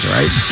right